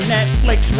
Netflix